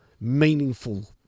meaningful